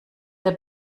der